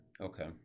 Okay